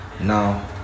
now